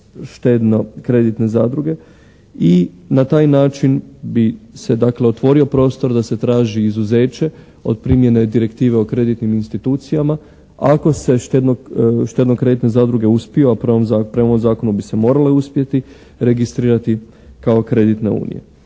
štedno-kreditne zadruge i na taj način bi se dakle otvorio prostor da se traži izuzeće od primjene direktive o kreditnim institucijama ako se štedno-kreditne zadruge uspiju, a prema zakonu bi se morale uspjeti registrirati kao kreditne unije.